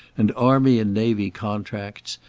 and army and navy contracts,